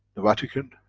the vatican,